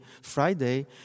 Friday